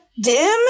dim